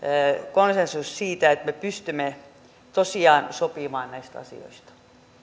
konsensus siitä että me pystymme tosiaan sopimaan näistä asioista